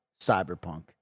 Cyberpunk